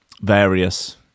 various